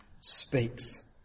speaks